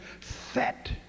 set